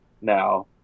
now